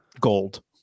gold